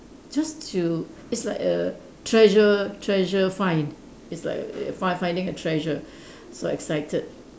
just to it's like a treasure treasure find it's like err find finding a treasure so excited